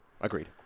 Agreed